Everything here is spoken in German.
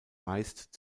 meist